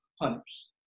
hunters